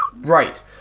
Right